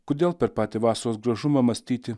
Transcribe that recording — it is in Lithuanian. kodėl per patį vasaros gražumą mąstyti